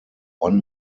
one